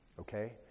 okay